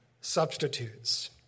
substitutes